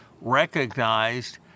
recognized